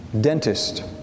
dentist